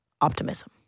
optimism